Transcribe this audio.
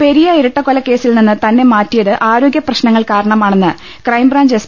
പെരിയ ഇരട്ടക്കൊലക്കേസിൽ നിന്ന് തന്നെ മാറ്റിയത് ആരോഗൃ പ്രശ്നങ്ങൾ കാ്രണമാണെന്ന് ക്രൈംബ്രാഞ്ച് എസ്